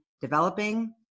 developing